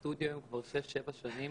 סטודיו, כבר שש-שבע שנים.